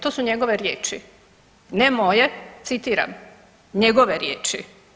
To su njegove riječi, ne moje, citiram, njegove riječi.